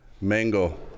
mango